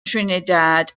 trinidad